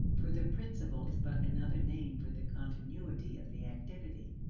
for the principle is but another name for the continuity of the activity.